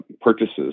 purchases